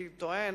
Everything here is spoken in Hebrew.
אני טוען